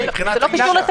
הגישה.